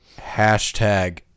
hashtag